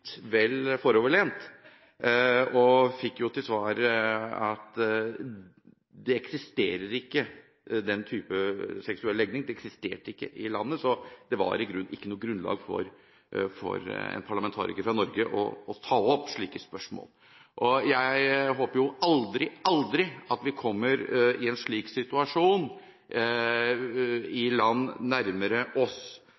foroverlent. Jeg fikk til svar at den type seksuell legning ikke eksisterte i landet. Det var i grunnen ikke noe grunnlag for en parlamentariker fra Norge å ta opp slike spørsmål. Jeg håper jo at man aldri, aldri kommer i en slik situasjon i